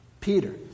Peter